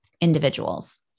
individuals